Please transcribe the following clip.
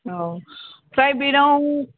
औ प्राइभेट आव